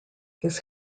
this